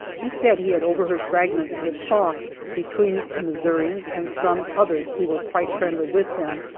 he said he had overheard fragments of a talk between the missourians and some others who were quite friendly with them,